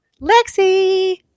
Lexi